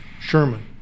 Sherman